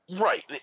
right